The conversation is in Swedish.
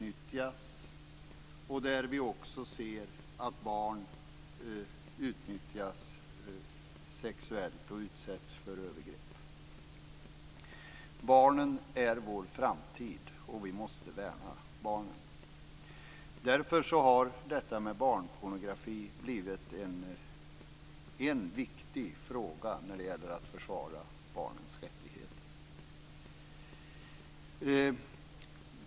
Vi ser också att barn utnyttjas sexuellt och utsätts för övergrepp. Barnen är vår framtid, och vi måste värna barnen. Därför har detta med barnpornografi blivit en viktig fråga när det gäller att försvara barnens rättigheter.